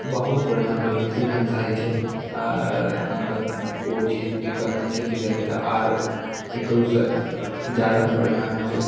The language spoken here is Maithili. बहुत बढ़िआँ व्यवस्थित ढ़ङ्गसँ होइत छै आ एखन तक ओ चीज दिक्कत नहि छै धीरे धीरे आर एकरोस जादा बढ़िआँ हेतै